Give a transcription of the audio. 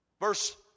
Verse